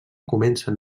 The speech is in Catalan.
comencen